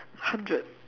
hundred